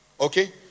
Okay